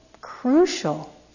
crucial